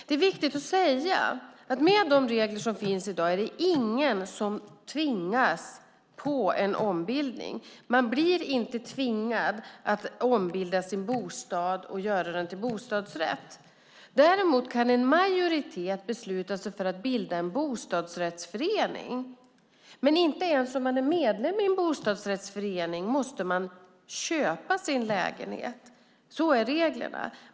Det är viktigt att säga att det, med de regler som finns i dag, inte är någon som tvingas på en ombildning. Man blir inte tvingad att ombilda sin bostad och göra den till bostadsrätt. Däremot kan en majoritet besluta sig för att bilda en bostadsrättsförening. Men inte ens om man är medlem i en bostadsrättsförening måste man köpa sin lägenhet. Så är reglerna.